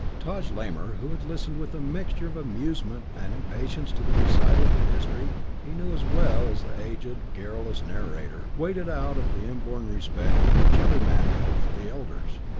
taj lamor, who had listened with a mixture of amusement and impatience to the recital of a history he knew as well as the aged, garrulous narrator, waited out of the inborn respect which every man held for the elders.